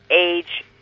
age